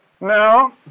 Now